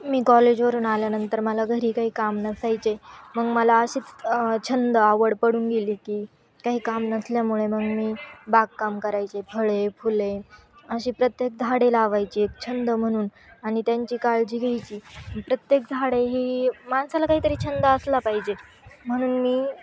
मी कॉलेजवरून आल्यानंतर मला घरी काही काम नसायचे मग मला अशीच छंद आवड पडून गेली की काही काम नसल्यामुळे मग मी बागकाम करायचे फळे फुले अशी प्रत्येक झाडे लावायची एक छंद म्हणून आणि त्यांची काळजी घ्यायची प्रत्येक झाडे ही माणसाला काहीतरी छंद असला पाहिजे म्हणून मी